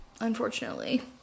unfortunately